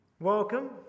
Welcome